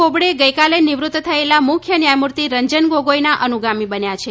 બોબડે ગઈકાલે નિવૃત્ત થયેલા મુખ્ય ન્યાયમૂર્તિ રંજન ગોગોઈના અનુગામી બન્યા છે